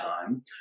time